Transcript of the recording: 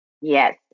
Yes